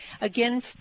Again